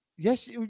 Yes